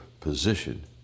position